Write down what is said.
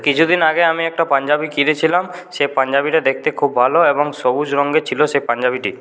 কিছু দিন আগে আমি একটা পাঞ্জাবি কিনেছিলাম সেই পাঞ্জাবিটা দেখতে খুব ভালো এবং সবুজ রঙের ছিল সেই পাঞ্জাবিটি